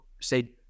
say